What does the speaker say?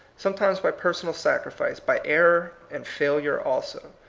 sometimes by per sonal sacrifice, by error and failure also,